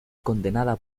condenada